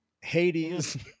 Hades